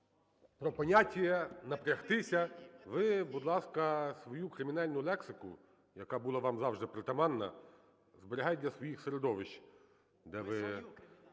про "понятія", "напрягтися". Ви, будь ласка, свою кримінальну лексику, яка була вам завжди притаманна, зберігайте для своїх середовищ,